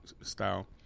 style